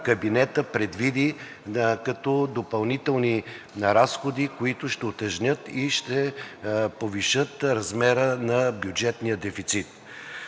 предвиди като допълнителни разходи, които ще утежнят и ще повишат размера на бюджетния дефицит.